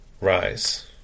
rise